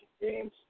games